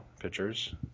Pictures